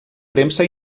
premsa